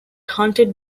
hunted